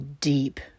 deep